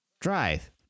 Drive